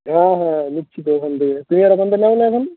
হ্যাঁ হ্যাঁ নিচ্ছি তো ওখান থেকে তুমি আর ওখান থেকে নাও না এখন